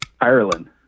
Ireland